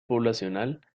poblacional